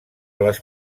les